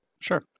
Sure